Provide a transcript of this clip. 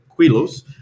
Quilos